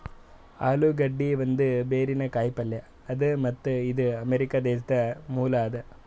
ಆಲೂಗಡ್ಡಿ ಒಂದ್ ಬೇರಿನ ಕಾಯಿ ಪಲ್ಯ ಅದಾ ಮತ್ತ್ ಇದು ಅಮೆರಿಕಾ ದೇಶದ್ ಮೂಲ ಅದಾ